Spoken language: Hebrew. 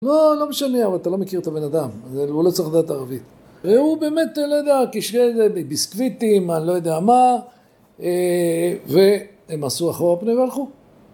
לא, לא משנה, אבל אתה לא מכיר את הבן אדם, הוא לא צריך לדעת ערבית והוא באמת, לא יודע, קישר בביסקוויטים, אני לא יודע מה ו... הם עשו אחורה פנה והלכו